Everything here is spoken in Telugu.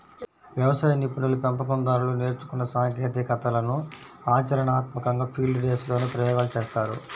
వ్యవసాయ నిపుణులు, పెంపకం దారులు నేర్చుకున్న సాంకేతికతలను ఆచరణాత్మకంగా ఫీల్డ్ డేస్ లోనే ప్రయోగాలు చేస్తారు